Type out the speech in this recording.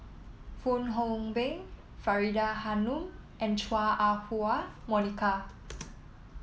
Fong Hoe Beng Faridah Hanum and Chua Ah Huwa Monica